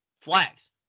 flags